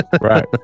Right